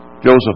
Joseph